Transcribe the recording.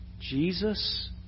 Jesus